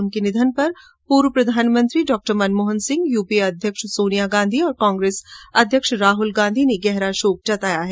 उनके निधन पर पूर्व प्रधानमंत्री डॉ मनमोहन सिंह यूपीए अध्यक्ष सोनिया गांधी और कांग्रेस अध्यक्ष राहुल गांधी ने गहरा शोक जताया है